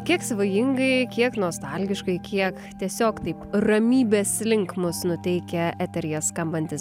kiek svajingai kiek nostalgiškai kiek tiesiog taip ramybės link mus nuteikia eteryje skambantis